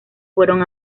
fueron